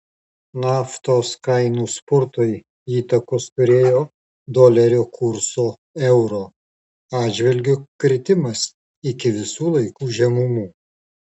naftos kainų spurtui įtakos turėjo dolerio kurso euro atžvilgiu kritimas iki visų laikų žemumų